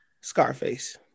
Scarface